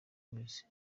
wese